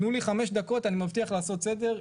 תנו לי חמש דקות, אני מבטיח לעשות סדר.